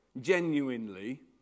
genuinely